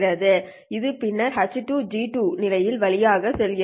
இது பின்னர் H2G2 நிலைகள் வழியாக செல்கிறது